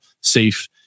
safe